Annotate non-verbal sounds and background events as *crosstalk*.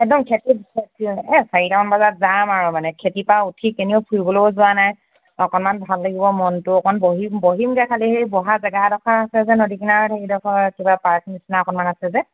একদম *unintelligible* এই চাৰিটামান বজাত যাম আৰু মানে খেতি পৰা উঠি কেনিও ফুৰিবলৈও যোৱা নাই অকণমান ভাল লাগিব মনটো অকণ বহিম বহিমগৈ খালি বহা জেগা এডোখৰ আছে যে নদী কিনাৰত সেইকেইডোখৰ কিবা পাৰ্ক নিচিনা অকণমান আছে যে